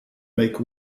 make